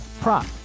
prop